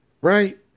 Right